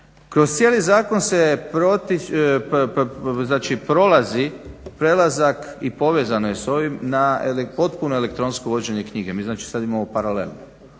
Kroz cijeli zakon se prolazi prelazak i povezano je s ovim na potpuno elektronsko vođenje knjige. Mi znači sad imamo paralelu,